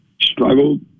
struggled